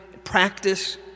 practice